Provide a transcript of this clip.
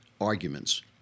arguments